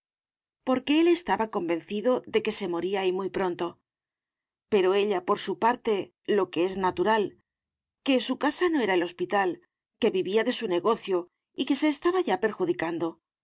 porque él estaba convencido de que se moría y muy pronto pero ella por su parte lo que es natural que su casa no era hospital que vivía de su negocio y que se estaba ya perjudicando